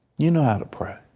you know how to pray.